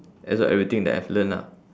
absorb everything that I've learnt lah